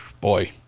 Boy